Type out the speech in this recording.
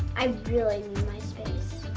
i really need my space.